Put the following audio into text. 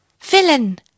Villain